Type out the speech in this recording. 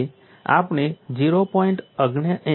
તેથી આપણે 0